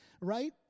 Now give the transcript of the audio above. right